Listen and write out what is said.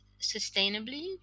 sustainably